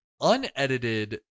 Unedited